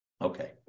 Okay